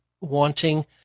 wanting